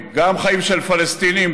גם חיים של פלסטינים,